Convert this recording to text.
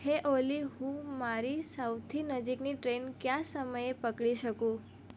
હે ઓલી હું મારી સૌથી નજીકની ટ્રેન કયા સમયે પકડી શકું